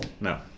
No